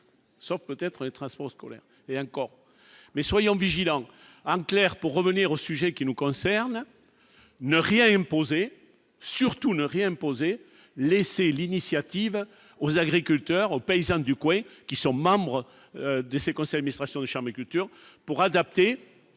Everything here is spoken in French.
sauf peut-être les traces Ponce, colère, et encore, mais soyons vigilants, en clair, pour revenir au sujet qui nous concerne, ne rien imposer, surtout ne rien imposer, laisser l'initiative aux agriculteurs en paysan du coin qui sont membres de ces conseils mais sera sur le charme culture pour adapter